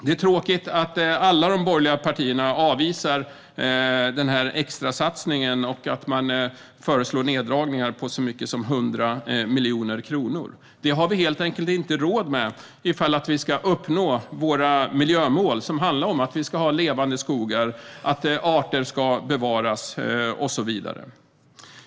Det är tråkigt att alla de borgerliga partierna avvisar denna extrasatsning och föreslår neddragningar på så mycket som 100 miljoner kronor. Det har vi helt enkelt inte råd med om vi ska uppnå våra miljömål, som handlar om att vi ska ha levande skogar, att arter ska bevaras och så vidare.